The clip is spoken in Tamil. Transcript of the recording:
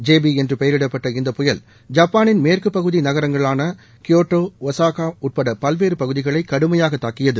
ஜேபி என்று பெயரிடப்பட்ட இந்த புயல் ஜப்பானின் மேற்குப்பகுதி நகரங்களான கியோட்டோ ஒசாகா உட்பட பல்வேறு பகுதிகளை கடுமையாக தாக்கியது